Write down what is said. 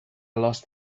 lost